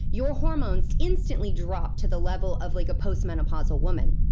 your hormones instantly drop to the level of like a postmenopausal woman.